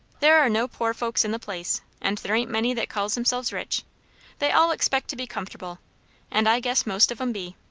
there are no poor folks in the place and there ain't many that calls themselves rich they all expect to be comfortable and i guess most of em be.